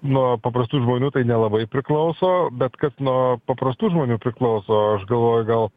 nuo paprastų žmonių tai nelabai priklauso bet kas nuo paprastų žmonių priklauso aš galvoju gal